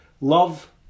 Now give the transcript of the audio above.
love